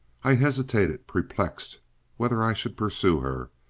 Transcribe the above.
i hesitated, perplexed whether i should pursue her.